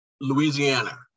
Louisiana